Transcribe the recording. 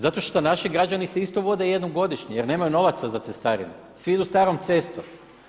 Zato što naši građani se isto … jednom godišnje jer nemaju novaca za cestarine, svi idu starom cestom.